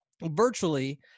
virtually